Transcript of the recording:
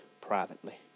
privately